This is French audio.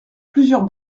plusieurs